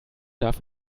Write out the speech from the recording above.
darf